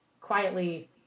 quietly